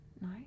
No